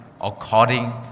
according